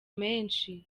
menshi